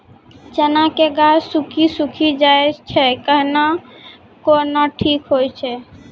चना के गाछ सुखी सुखी जाए छै कहना को ना ठीक हो छै?